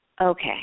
Okay